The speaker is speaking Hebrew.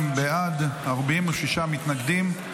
בעד, 46 מתנגדים,